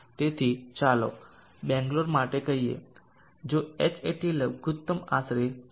તેથી ચાલો બેંગ્લોર માટે કહીએ જો Hat લઘુત્તમ આશરે 4